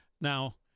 Now